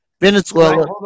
Venezuela